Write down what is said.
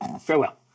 Farewell